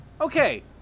Okay